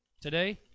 Today